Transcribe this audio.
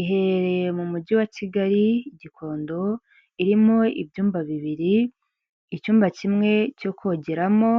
iherereye mu mujyi wa Kigali i Gikondo irimo ibyumba bibiri icyumba kimwe cyokongeramo,